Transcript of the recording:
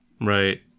Right